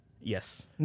yes